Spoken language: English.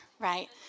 right